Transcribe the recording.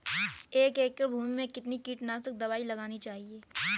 एक एकड़ भूमि में कितनी कीटनाशक दबाई लगानी चाहिए?